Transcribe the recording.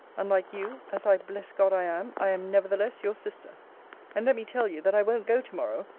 unlike you, as i bless god i am, i am nevertheless your sister and let me tell you, that i won't go to-morrow,